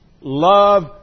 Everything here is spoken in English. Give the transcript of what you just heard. love